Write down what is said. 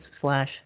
slash